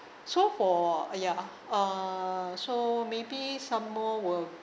so for uh ya uh so maybe some more will